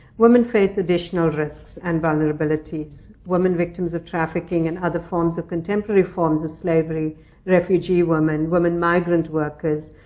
women face additional risks and vulnerabilities. women victims of trafficking and other forms of contemporary forms of slavery refugee women, women migrant workers,